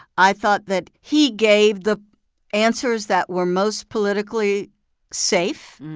i thought that he gave the answers that were most politically safe.